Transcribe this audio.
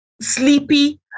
sleepy